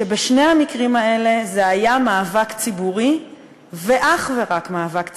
שבשני המקרים האלה זה היה מאבק ציבורי ואך ורק מאבק ציבורי,